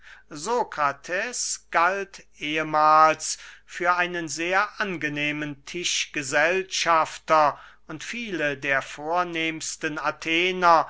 sokrates galt ehmahls für einen sehr angenehmen tischgesellschafter und viele der vornehmsten athener